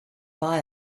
buy